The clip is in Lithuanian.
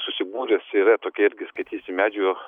susibūręs yra tokia irgi skaitysim medžių